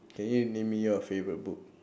can you name me your favorite book